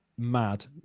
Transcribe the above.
mad